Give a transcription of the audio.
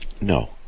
no